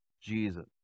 Jesus